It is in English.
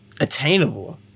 attainable